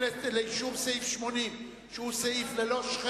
לאישור סעיף 80, שהוא סעיף ללא,